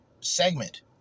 segment